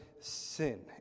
sin